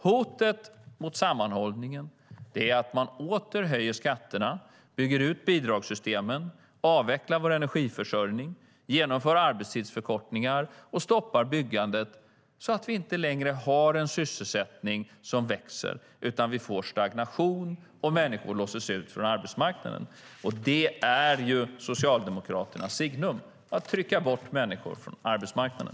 Hotet mot sammanhållningen är att man åter höjer skatterna, bygger ut bidragssystemen, avvecklar vår energiförsörjning, genomför arbetstidsförkortningar och stoppar byggandet så att vi inte längre har en sysselsättning som växer, utan vi får stagnation, och människor låses ut från arbetsmarknaden. Det är ju Socialdemokraternas signum: att trycka bort människor från arbetsmarknaden.